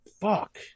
Fuck